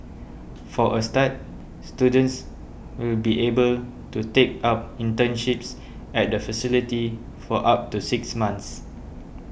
for a start students will be able to take up internships at the facility for up to six months